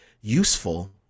useful